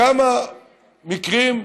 כמה מקרים,